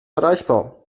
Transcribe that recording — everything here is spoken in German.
erreichbar